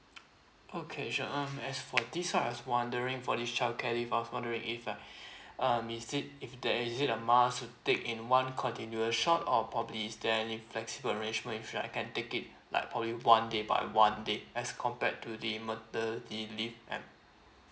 okay sure um as for this [one] I was wondering for this child care leave I was wondering if like um is it if there is it a must to take in one continuous shot or probably is there any flexible arrangements if like I can take it like one day by one day as compared to the maternity leave ya